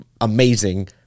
amazing